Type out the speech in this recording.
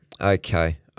okay